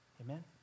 Amen